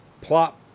Plop